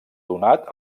donat